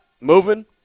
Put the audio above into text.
moving